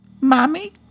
Mommy